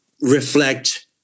reflect